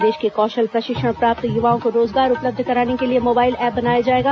प्रदेश के कौशल प्रशिक्षण प्राप्त युवाओं को रोजगार उपलब्ध कराने के लिए मोबाइल ऐप बनाया जाएगा